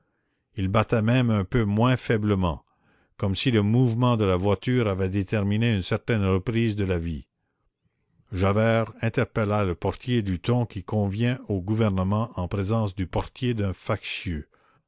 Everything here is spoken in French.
il battait même un peu moins faiblement comme si le mouvement de la voiture avait déterminé une certaine reprise de la vie javert interpella le portier du ton qui convient au gouvernement en présence du portier d'un factieux